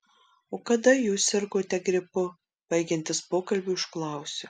o kada jūs sirgote gripu baigiantis pokalbiui užklausiu